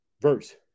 verse